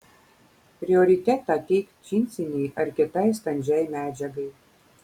prioritetą teik džinsinei ar kitai standžiai medžiagai